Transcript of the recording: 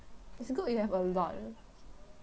it's uh good you have a lot ah